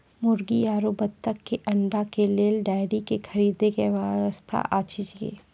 मुर्गी आरु बत्तक के अंडा के लेल डेयरी के खरीदे के व्यवस्था अछि कि?